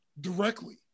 directly